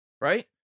Right